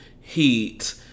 heat